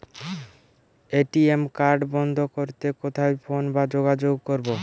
ATM card বন্ধ করতে কোথায় ফোন বা যোগাযোগ করব?